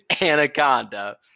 Anaconda